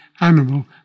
animal